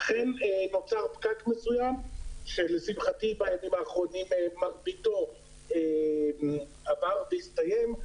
אכן נוצר פקק מסוים שלשמחתי בימים האחרונים מרביתו עבר והסתיים.